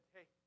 Hey